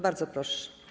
Bardzo proszę.